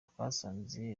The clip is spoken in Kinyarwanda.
twasanze